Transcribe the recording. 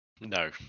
No